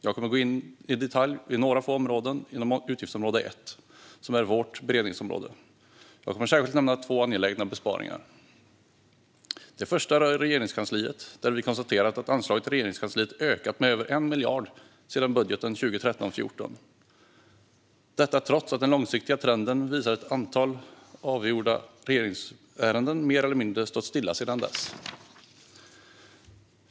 Jag kommer att gå in i detalj på några få områden under utgiftsområde 1, som är vårt beredningsområde. Jag kommer särskilt att nämna två angelägna besparingar. Den första rör Regeringskansliet. Vi konstaterar att anslaget till Regeringskansliet har ökat med över 1 miljard sedan budgeten 2013-2014, trots att den långsiktiga trenden visar att antalet avgjorda regeringsärenden mer eller mindre har stått stilla sedan dess.